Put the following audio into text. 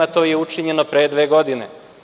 To je učinjeno pre dve godine.